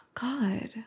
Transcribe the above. God